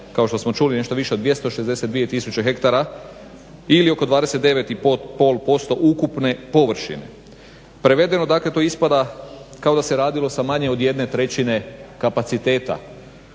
kao što smo čuli, nešto više od 262 tisuće hektara ili oko 29,5% ukupne površine. Prevedeno, dakle to ispada kao da se radilo sa manje od jedne trećine kapaciteta.